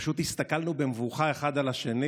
ופשוט הסתכלנו במבוכה אחד על השני,